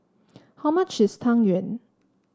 how much is Tang Yuen